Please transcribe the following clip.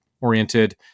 oriented